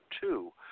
two